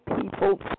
people